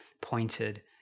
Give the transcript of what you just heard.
pointed